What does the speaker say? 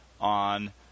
on